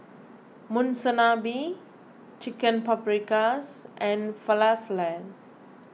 Monsunabe Chicken Paprikas and Falafel